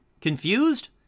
Confused